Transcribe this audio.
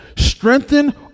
strengthen